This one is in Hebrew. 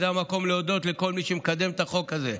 זה המקום להודות לכל מי שמקדם את החוק הזה,